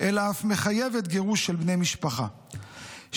אלא אף מחייבת גירוש של בני משפחה שידעו,